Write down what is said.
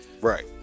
Right